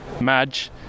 Madge